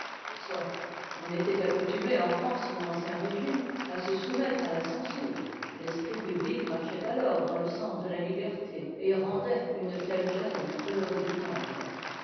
soit on était accoutumé on france sous l'ancien régime à se soumettre à la censure l'esprit public marchait alors dans le sens de la liberté et rendait une telle gêne peu redoutable